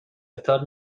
افطار